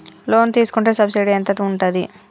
Loan తీసుకుంటే subsidy ఎంత ఉంటది?